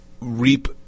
reap